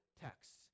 texts